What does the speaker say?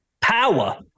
power